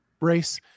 race